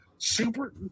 Super